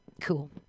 Cool